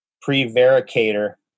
Prevaricator